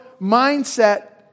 mindset